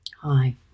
Hi